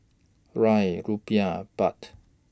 Riel Rupiah Baht